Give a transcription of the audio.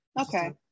Okay